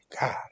God